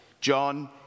John